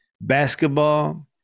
basketball